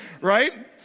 Right